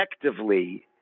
effectively